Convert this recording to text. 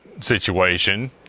situation